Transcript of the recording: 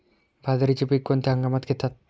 बाजरीचे पीक कोणत्या हंगामात घेतात?